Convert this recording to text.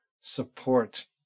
support